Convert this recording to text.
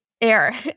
air